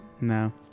No